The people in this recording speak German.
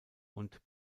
und